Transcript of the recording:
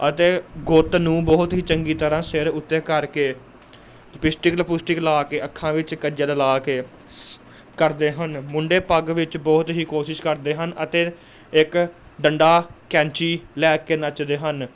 ਅਤੇ ਗੁੱਤ ਨੂੰ ਬਹੁਤ ਹੀ ਚੰਗੀ ਤਰ੍ਹਾਂ ਸਿਰ ਉੱਤੇ ਕਰਕੇ ਲਿਪਸਟਿਕ ਲਪੂਸਿਟ ਲਾ ਕੇ ਅੱਖਾਂ ਵਿੱਚ ਕੱਜਲ ਲਾ ਕੇ ਸ ਕਰਦੇ ਹਨ ਮੁੰਡੇ ਪੱਗ ਵਿੱਚ ਬਹੁਤ ਹੀ ਕੋਸ਼ਿਸ਼ ਕਰਦੇ ਹਨ ਅਤੇ ਇੱਕ ਡੰਡਾ ਕੈਂਚੀ ਲੈ ਕੇ ਨੱਚਦੇ ਹਨ